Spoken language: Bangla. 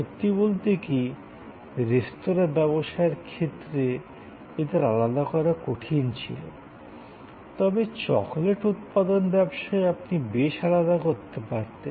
সত্যি বলতে কি রেস্তোঁরা ব্যবসায়ের ক্ষেত্রেও এদের আলাদা করা কঠিন ছিল তবে চকোলেটে উৎপাদন ব্যবসায়ে আপনি বেশ আলাদা করতে পারতেন